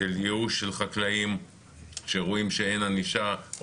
וייאוש של חקלאים שרואים שאין ענישה או